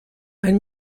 ein